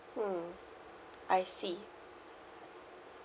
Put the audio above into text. mm I see